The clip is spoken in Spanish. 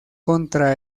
contra